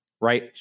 right